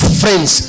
friends